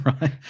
Right